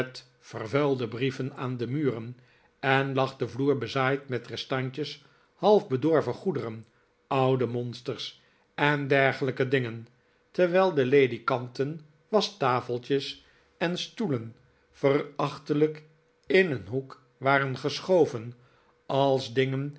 vervuilde brieven aan de muren en lag de vloer bezaaid met restantjes half bedorven goederen oude monsters en dergelijke dingen terwijl de ledikanten waschtafeltjes en stoelen verachtelijk in een hoek waren geschoven als dingen